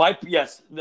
Yes